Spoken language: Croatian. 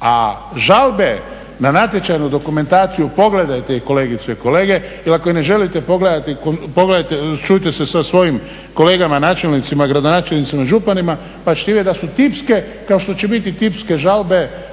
A žalbe na natječajnu dokumentaciju, pogledajte ih kolegice i kolege, jer ako ih ne želite pogledati pogledajte, čujte se sa svojim kolegama načelnicima, gradonačelnicima, županima pa ćete vidjeti da su tipske, kao što će biti tipske žalbe